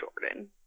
Jordan